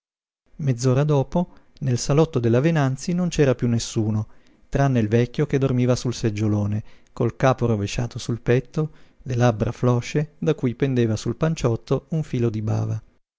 mezz'ora dopo nel salotto della venanzi non cera piú nessuno tranne il vecchio che dormiva sul seggiolone col capo rovesciato sul petto le labbra flosce da cui pendeva sul panciotto un filo di bava